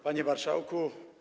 Panie Marszałku!